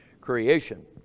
creation